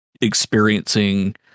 Experiencing